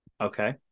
Okay